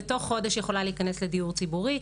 ותוך חודש היא יכולה להיכנס לדיור ציבורי.